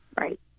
Right